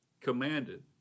commanded